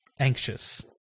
anxious